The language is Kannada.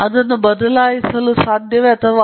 ಆದ್ದರಿಂದ ಸ್ಪಷ್ಟವಾಗಿ ಇಲ್ಲಿ ಅದರ ಬಗ್ಗೆ ಮಾತನಾಡಲು ಸಾಧ್ಯವಿಲ್ಲ